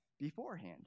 beforehand